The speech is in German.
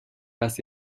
was